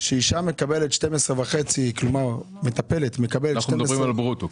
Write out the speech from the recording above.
כשאישה מקבלת 12,500 כלומר מטפלת מקבלת 12,500. אנחנו מדברים על ברוטו,